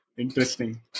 Interesting